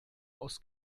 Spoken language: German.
aus